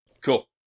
Cool